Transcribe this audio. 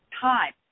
time